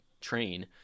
train